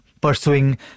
pursuing